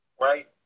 right